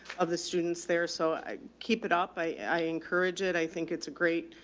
of the students there. so i keep it up. i i encourage it. i think it's a great,